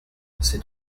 c’est